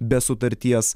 be sutarties